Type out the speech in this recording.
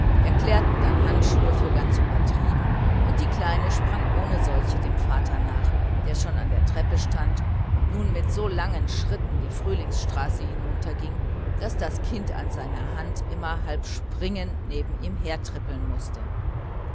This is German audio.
erklärten dann handschuhe für ganz übertrieben und die kleine sprang ohne solche dem vater nach der schon an der treppe stand und nun mit so langen schritten die frühlingsstraße hinunterging daß das kind an seiner hand immer halb springend neben ihm hertrippeln mußte